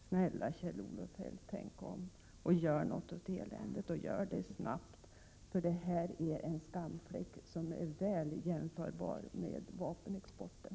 Snälla Kjell-Olof Feldt, tänk om och gör något åt eländet och gör det snabbt! Detta är en skamfläck väl jämförbar med vapenexporten!